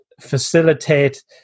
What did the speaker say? facilitate